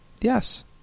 Yes